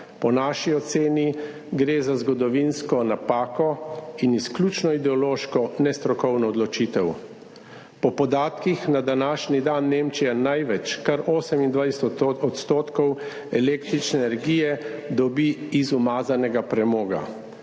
Po naši oceni gre za zgodovinsko napako in izključno ideološko nestrokovno odločitev. Po podatkih na današnji dan Nemčija največ, kar 28 %, električne energije dobi iz umazanega premoga,